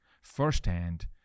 firsthand